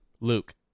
Luke